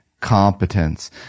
competence